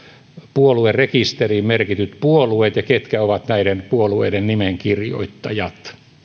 puoluerekisteriin merkityt puolueet ja ketkä ovat näiden puolueiden nimenkirjoittajat